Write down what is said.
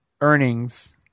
earnings